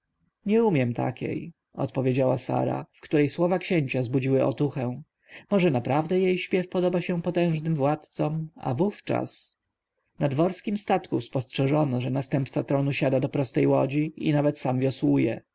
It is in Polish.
nie umiem takiej odpowiedziała sara w której słowa księcia zbudziły otuchę może naprawdę jej śpiew podoba się potężnym władcom a wówczas na dworskim statku spostrzeżono że następca tronu siada do prostej łodzi i nawet sam wiosłuje